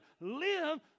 live